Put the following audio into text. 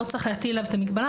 לא צריך להטיל עליו את המגבלה.